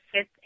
fifth